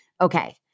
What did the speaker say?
Okay